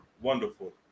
wonderful